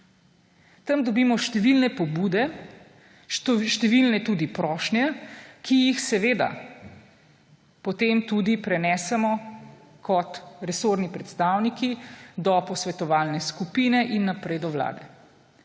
Tam dobimo številne pobude, številne tudi prošnje, ki jih seveda potem tudi prenesemo kot resorni predstavniki do posvetovalne skupine in naprej do Vlade.